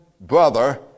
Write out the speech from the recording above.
brother